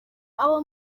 abo